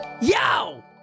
yo